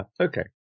Okay